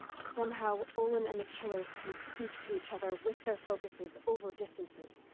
somehow. olin and the killers. can speak to each other. with their focuses. over distances.